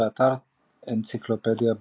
באתר אנציקלופדיה בריטניקה